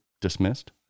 dismissed